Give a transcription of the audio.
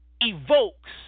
evokes